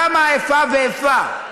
למה האיפה ואיפה?